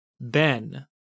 Ben